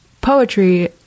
poetry